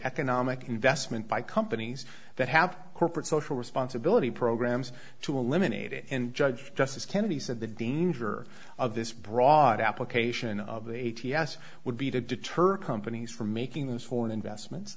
economic investment by companies that have corporate social responsibility programs to eliminate it and judge justice kennedy said the danger of this broad application of a t s would be to deter companies from making those foreign investments